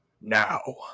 now